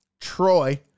Troy